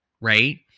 right